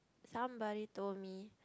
somebody told me